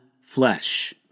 flesh